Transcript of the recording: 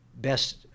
best